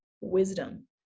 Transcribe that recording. wisdom